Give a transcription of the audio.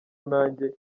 nanjye